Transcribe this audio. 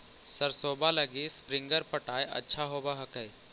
सरसोबा लगी स्प्रिंगर पटाय अच्छा होबै हकैय?